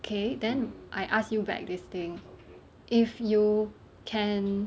okay then I ask you back this thing if you can